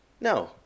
No